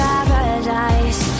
paradise